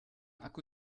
akku